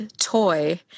toy